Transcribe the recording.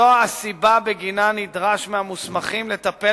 זו הסיבה שבגינה נדרש מהמוסמכים לטפל